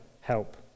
help